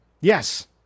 Yes